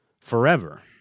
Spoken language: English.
forever